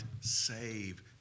save